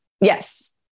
Yes